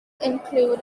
include